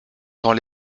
dans